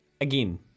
Again